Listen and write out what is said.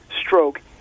stroke